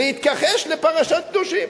להתכחש לפרשת קדושים